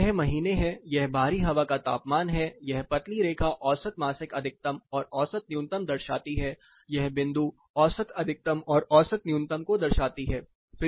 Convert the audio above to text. तो यह महीने है यह बाहरी हवा का तापमान है यह पतली रेखा औसत मासिक अधिकतम और औसत न्यूनतम दर्शाती है यह बिंदु औसत अधिकतम और औसत न्यूनतम को दर्शाते हैं